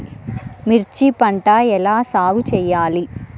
మిర్చి పంట ఎలా సాగు చేయాలి?